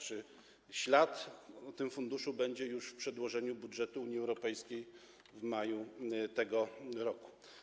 Czy ślad po tym funduszu będzie już w przedłożeniu budżetu Unii Europejskiej w maju tego roku?